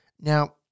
Now